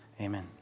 Amen